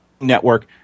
network